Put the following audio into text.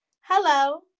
Hello